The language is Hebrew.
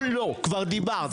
כבר דיברת.